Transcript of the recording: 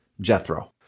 Jethro